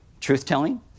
Truth-telling